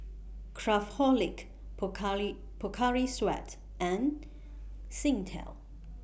Craftholic Pocari Sweat and Singtel